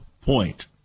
point